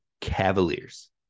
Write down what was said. Cavaliers